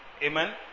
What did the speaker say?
Amen